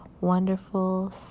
wonderful